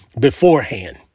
beforehand